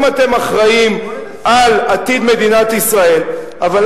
אם אתם אחראים לעתיד מדינת ישראל, בוא ננסה.